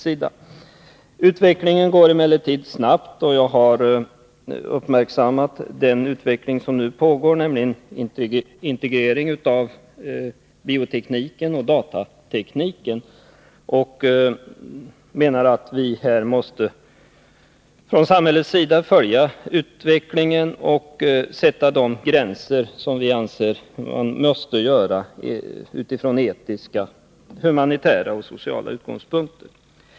Utvecklingen går emellertid snabbt. Jag har uppmärksammat den utveckling som nu pågår, nämligen integreringen av biotekniken och datatekniken, och menar att vi från samhällets sida måste följa utvecklingen och sätta de gränser som måste sättas från etiska, humanitära och sociala utgångspunkter.